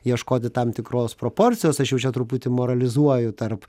ieškoti tam tikros proporcijos aš jau čia truputį moralizuoju tarp